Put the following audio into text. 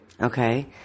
Okay